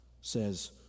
says